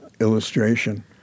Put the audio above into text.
illustration